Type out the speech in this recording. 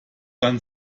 dann